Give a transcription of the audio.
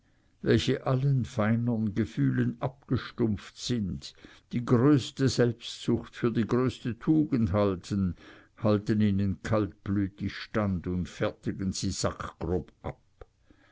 welche allen feinern gefühlen abgestumpft sind die gröbste selbstsucht für die größte tugend halten halten ihnen kaltblütig stand und fertigen sie sackgrob ab